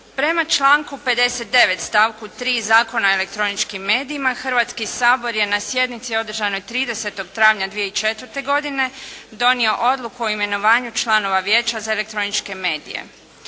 Prema članku 59. stavku 3. Zakona o elektroničkim medijima Hrvatski sabor je na sjednici održanoj 30. travnja 2004. godine donio Odluku o imenovanju članova Vijeća za elektroničke medije.